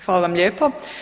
Hvala vam lijepo.